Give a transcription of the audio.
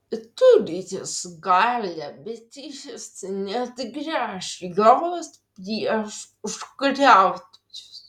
turi jis galią bet jis neatgręš jos prieš užkariautojus